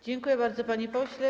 Dziękuję bardzo, panie pośle.